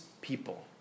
people